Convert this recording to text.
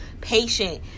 patient